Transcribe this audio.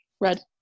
red